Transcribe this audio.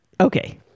okay